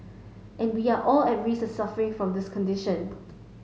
and we all are at risk of suffering from this condition